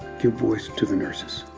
give voice to the nurses,